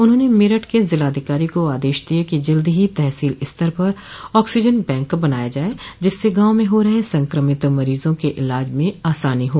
उन्होंने मेरठ के जिला अधिकारी को आदेश दिए कि जल्द ही तहसील स्तर पर ऑक्सीजन बैंक बनाया जाए जिससे गांव में हो रहे संक्रमित मरीजों क इलाज में आसानी हो